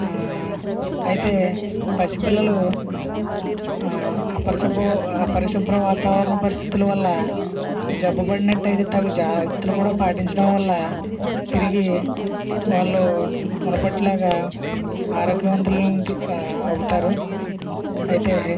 అయితే పసిపిల్లలు అపరిశు అపరిశుభ్ర వాతావరణ పరిస్థితులు వల్ల జబ్బు పడినట్టయితే తగు జాగ్రత్తలు కూడా పాటించడం వల్ల తిరిగి వాళ్ళు మునుపటిలాగా ఆరోగ్యవంతులుగా అవుతారు అయితే